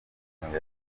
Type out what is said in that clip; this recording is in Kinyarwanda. umuntu